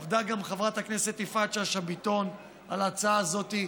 עבדה גם חברת הכנסת יפעת שאשא ביטון על ההצעה הזאת,